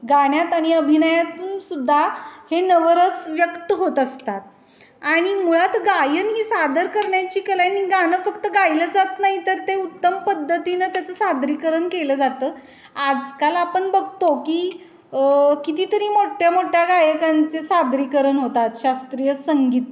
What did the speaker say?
गाण्यात आणि अभिनयातूनसुद्धा हे नवरस व्यक्त होत असतात आणि मुळात गायन ही सादर करण्याची कला आहे आणि गाणं फक्त गायलं जात नाही तर ते उत्तम पद्धतीनं त्याचं सादरीकरण केलं जातं आजकाल आपण बघतो की कितीतरी मोठ्यामोठ्या गायकांचे सादरीकरण होतात शास्त्रीय संगीत